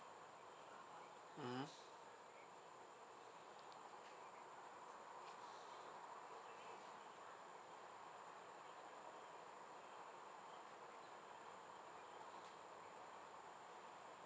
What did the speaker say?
mmhmm